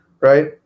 right